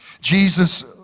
Jesus